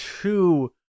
two